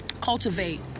cultivate